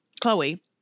Chloe